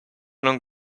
non